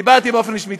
דיברתי באופן רשמי.